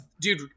Dude